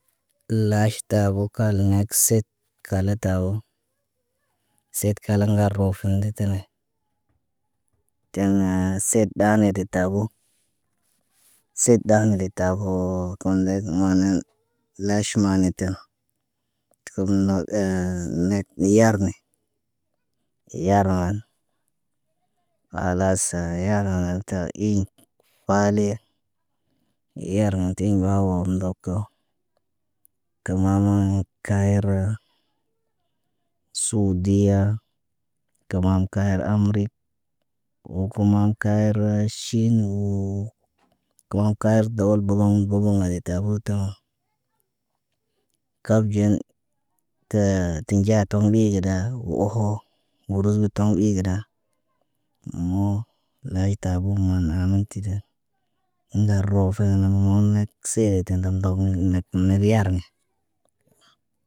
Woo taba kalkal dələ, siidi wo kamro. Fene, siidi deta bo law naŋg ne tene, fenee? En de bo nobodii wo ɟaga. Woo, ɗane de taboo, ki ekhtar ki ɲa. Tuk kam ndosiido sid giyaro kuuli. Dubu koolo de tabo, ɗaŋg ŋgal ardə tən. Wo nobo dii, nabo nobodi. Ɗaanan ndət diido, kay de taboo. Kiiɲ faalen. Kii fa al ne, de fa alne, law ko ŋgal karan tə gar budar tariɲ gida. Roo, gar bo turdi daanan. Naŋg badat tab dee ka mala haɲ kedel. Kam roofine bine. Taan, tə zələmə sun naane elen naa, tubin. Tubin na ŋgal kalan tane yaa, nɟaa kir gar bo kiri yaanen gos. Hanan dee ne kalken deel tegen del el el el ya nə ben. Ŋgal kala ne ya maʃaalah ya kirii, kiir tak. Yaa bə de tabo oho got ne, kiri got nee, mala ko got ne. Nen tubin taan de bu kal ken deeloo siit bo. Kam roo. Fenẽ wo det lo ŋgal ardən tineno. Neenaa, ndel tubi den ef. Fahala, wo kiirii, wo aaɲa, go gar bati kiriɲ ŋgal. Ŋgal kala nan na got siyaaki, kir kir kir marawaay. Wo anɟaɲ marawaay. Woo law kə law aʃam talas, khalas ta nan bade tabo kekhtar kiyaten. Efen de taboo. De na wo naaset kuyu naye atan tub yenam bede tabo ef eten. Kuyun ɗena yaa. Ɗega set kuyu gene naa, kak ge yatu, matak ba. Taan ge na maanaatan. Kamalnaa eyin tubunam bede. Teman na hayin ten. Ef, aya taro deb kalkə ndele. Seed debo kam roofeneba hanane. Nenaa, mana hin tubi yin tiin. Ef, woo kiri faala woo, mbaskiɲa aɲa, law kə law. Kir tak kaa deb tə oŋg urgut ci ti daa deb toŋg ur. Ceyin tidaa, wo yaa də garbiya kaliŋg tariɲa naŋg yaa tə tari ba, garbata oriɲ tariɲ ɲibən. Got se kəric, wala, wo taburoro, deb kalde sirbə kam rofenen. Naan na tə wasa haɲ kendel lə tubi. Tubi naan naba de kadel lah helben. Naana, naan na deb gal de seb kamro fene tə wasa ɲe ŋgal tu bi wo tu bi yaa de kir mataka ŋgal kala ne yaabo. Yaabo nɟini mataka. Naan təmana yaati.